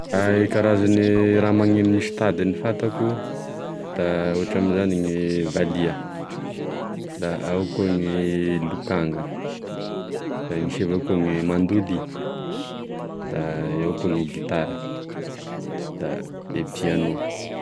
E karazagne raha maneno misy tadiny fantako da oatra am'izany gne valiha, da ao koa gne lokanga, da misy avao koa gne mandoly, da ao koa gne gitara, da e piano.